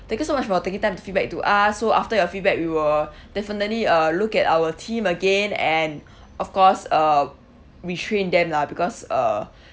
thank you so much for taking time to feedback to us so after your feedback we will definitely uh look at our team again and of course uh retrain them lah because uh